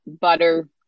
butter